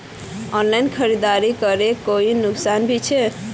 Online खरीदारी करले कोई नुकसान भी छे?